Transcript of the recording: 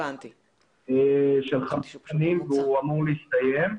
הוא אמור להסתיים.